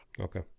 Okay